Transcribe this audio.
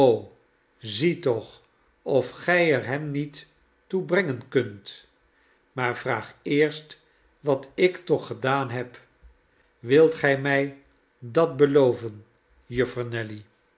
zie toch of gij er hem niet toe brengen kunt maar vraag eerst wat ik toch gedaan heb wilt gij mij dat beloven juffer nelly